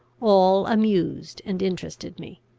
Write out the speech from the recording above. all amused and interested me.